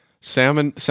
salmon